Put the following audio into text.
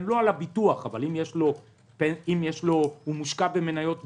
לא על הביטוח אבל אם הוא מושקע במניות בפנסיה,